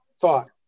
thought